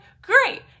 Great